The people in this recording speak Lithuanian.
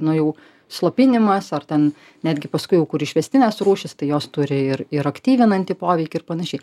nu jau slopinimas ar ten netgi paskui jau kur išvestinės rūšys tai jos turi ir ir aktyvinantį poveikį ir panašiai